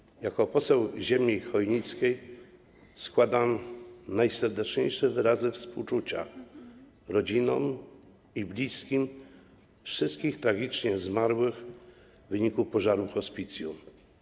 Z tego miejsca jako poseł ziemi chojnickiej składam najserdeczniejsze wyrazy współczucia rodzinom i bliskim wszystkich tragicznie zmarłych w wyniku pożaru hospicjum.